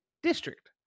District